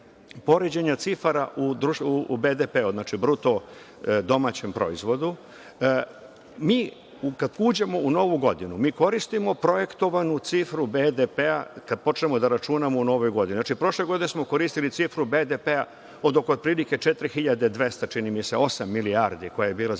cifara u BDP-u, bruto domaćem proizvodu, kada uđemo u novu godinu mi koristimo projektovanu cifru BDP-a kada počnemo da računamo u novoj godini. Znači, prošle godine smo koristili cifru BDP-a od oko otprilike 4.200 milijardi, čini mi se, koja je bila za